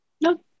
No